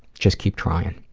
just keep trying.